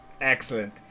Excellent